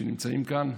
מי שנמצאים כאן,